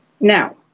Now